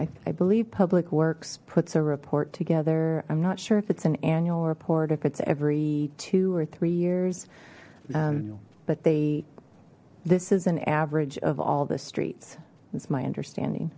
yeah i believe public works puts a report together i'm not sure if it's an annual report if it's every two or three years but they this is an average of all the streets that's my understanding